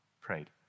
prayed